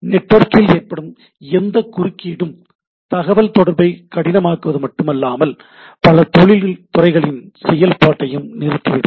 நெட்வொர்க்கில் ஏற்படும் எந்த குறுக்கீடும் தகவல் தொடர்பை கடினமாக்குவது மட்டுமல்லாமல் பல தொழில் துறைகளின் செயல்பாட்டையும் நிறுத்திவிடும்